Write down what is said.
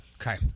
Okay